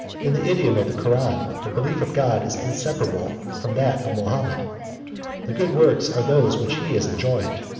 in the idiom of the koran, the belief of god is inseparable from that of mahomet the good works are those which he has enjoined,